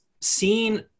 seeing